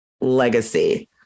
legacy